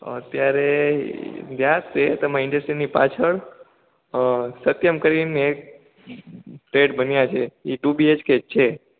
અત્યારે યાદ છે તમે ઇન્ડસ્ટ્રીસની પાછળ સત્યમ કરીને એક ફ્લેટ બન્યા છે એ ટુ બીએચકે છે